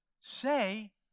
say